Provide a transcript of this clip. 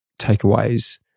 takeaways